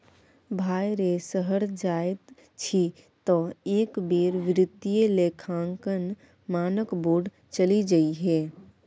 भाय रे शहर जाय छी तँ एक बेर वित्तीय लेखांकन मानक बोर्ड चलि जइहै